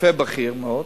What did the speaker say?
רופא בכיר מאוד,